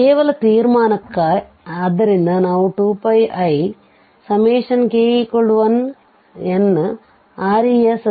ಕೇವಲ ತೀರ್ಮಾನಕ್ಕೆ ಆದ್ದರಿಂದ ನಾವು 2πik1nReszzkf